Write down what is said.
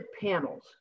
panels